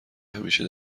همیشه